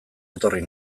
etorri